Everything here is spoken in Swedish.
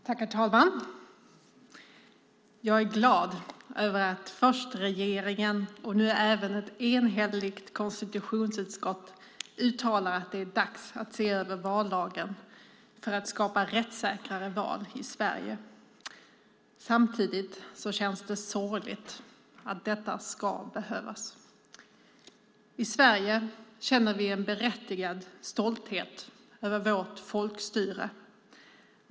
Herr talman! Jag är glad över att först regeringen och nu även ett enhälligt konstitutionsutskott uttalar att det är dags att se över vallagen för att skapa rättssäkrare val i Sverige. Samtidigt känns det sorgligt att detta ska behövas. I Sverige känner vi en berättigad stolthet över vårt folkstyre.